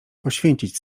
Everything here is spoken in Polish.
poświęcić